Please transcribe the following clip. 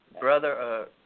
brother